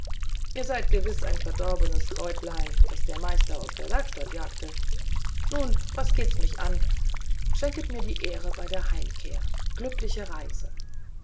ihr seid gewiß ein verdorbenes kräutlein das der meister aus der werkstatt jagte nun was geht es mich an schenket mir die ehre bei der heimkehr glückliche reise